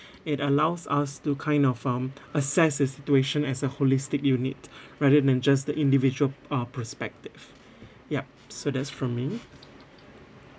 it allows us to kind of um assess a situation as a holistic unit rather than just the individual uh perspective yup so that's from me